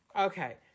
Okay